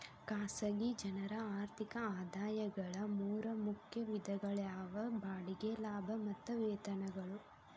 ಖಾಸಗಿ ಜನರ ಆರ್ಥಿಕ ಆದಾಯಗಳ ಮೂರ ಮುಖ್ಯ ವಿಧಗಳಾಗ್ಯಾವ ಬಾಡಿಗೆ ಲಾಭ ಮತ್ತ ವೇತನಗಳು